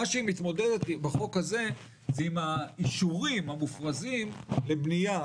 בחוק הזה היא מתמודדת עם האישורים המופרזים לבנייה,